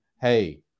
hey